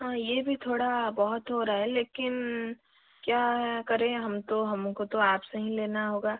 हाँ ये भी थोड़ा बहुत हो रहा है लेकिन क्या करें हम तो हम को तो आप से ही लेना होगा